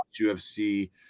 UFC